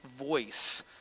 voice